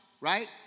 right